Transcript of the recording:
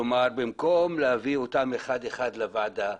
כלומר, במקום להביא אותם אחד אחד לוועדה,